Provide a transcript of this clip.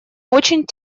очень